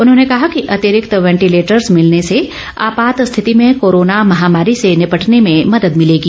उन्होंने कहा कि अतिरिक्त वेंटीलेटर्स भिलने से आपात स्थिति में कोरोना महामारी से निपटने में मदद मिलेगी